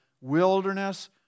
wilderness